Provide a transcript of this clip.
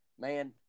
Man